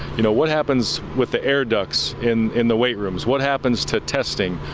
you know what happens with the air ducts in in the weight room is what happens to testing.